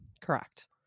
correct